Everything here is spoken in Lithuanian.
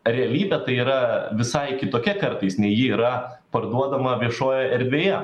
realybė tai yra visai kitokia kartais nei ji yra parduodama viešojoj erdvėje